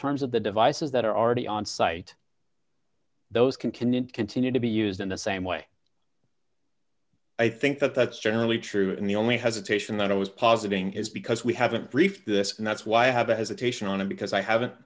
terms of the devices that are already on site those can can it continue to be used in the same way i think that that's certainly true in the only hesitation that i was positing is because we haven't briefed this and that's why i have a hesitation on it because i haven't